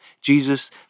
Jesus